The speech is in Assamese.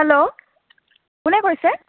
হেল্ল' কোনে কৈছে